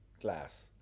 glass